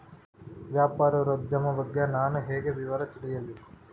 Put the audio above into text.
ವ್ಯಾಪಾರೋದ್ಯಮ ಬಗ್ಗೆ ನಾನು ಹೇಗೆ ವಿವರ ತಿಳಿಯಬೇಕು?